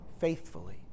faithfully